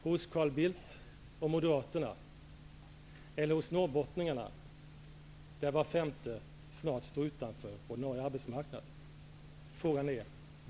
Hos Carl Bildt och Moderaterna, eller hos norrbottningarna, där var femte snart står utanför den ordinarie arbetsmarknaden?